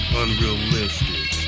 unrealistic